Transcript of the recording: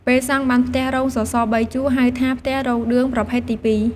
ពេលសង់បានផ្ទះរោងសសរ៣ជួរ ហៅថា ផ្ទះរោងឌឿងប្រភេទទី២។